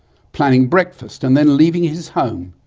planning breakfast and then leaving his home,